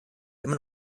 immer